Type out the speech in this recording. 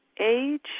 age